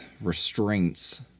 restraints